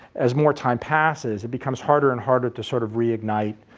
as more time passes it becomes harder and harder to sort of reignite,